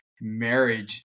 marriage